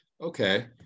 Okay